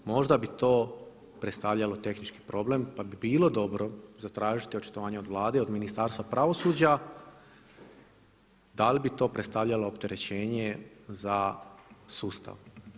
Možda bi to predstavljalo tehnički problem pa bi bilo dobro zatražiti očitovanje od Vlade i od Ministarstva pravosuđa da li bi to predstavljalo opterećenje za sustav.